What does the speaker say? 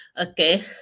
Okay